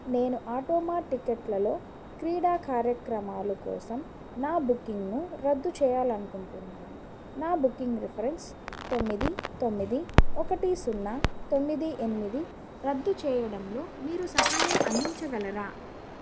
నేను ఆటోమ టికెట్లలో క్రీడా కార్యక్రమాలు కోసం నా బుకింగ్ను రద్దు చేయాలని అనుకుంటున్నాను నా బుకింగ్ రిఫరెన్స్ తొమ్మిది తొమ్మిది ఒకటి సున్నా తొమ్మిది ఎనిమిది రద్దు చేయడంలో మీరు సహాయం అందించగలరా